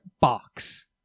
box